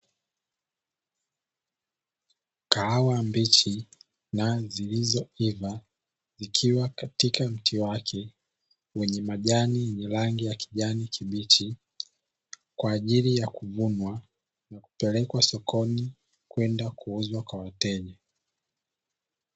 Kahawa mbichi na zilizoiva zikiwa katika mti wake, wenye majani yenye rangi ya kijani kibichi kwa ajili ya kuvunwa, na kupelekwa sokoni kwenda kuuzwa kwa wateja.